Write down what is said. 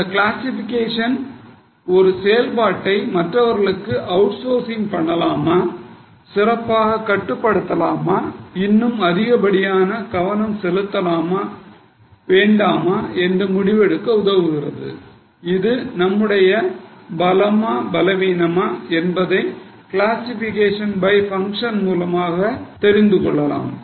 இந்த கிளாசிஃபிகேஷன் மற்றவர்களுக்கு அவுட்சோர்சிங் பண்ணலாமா சிறப்பாக கட்டுப்படுத்தலாமா இன்னும் அதிக கவனம் செலுத்தலாமா வேண்டாமென்று முடிவெடுக்க உதவுகிறது இது நமது பலமா பலவீனமா என்பதை கிளாசிஃபிகேஷன்ஸ் பை பங்க்ஷன் மூலமாக தெரிந்து கொள்ளலாம்